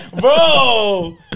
Bro